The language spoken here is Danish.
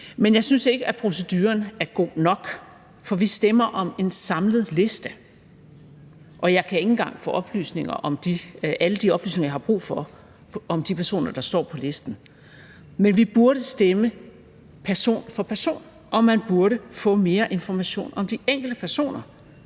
Men jeg synes ikke, at proceduren er god nok, for vi stemmer om en samlet liste, og jeg kan ikke engang få alle de oplysninger, jeg har brug for, om de personer, der står på listen. Men vi burde stemme person for person, og man burde få mere information om de enkelte personer.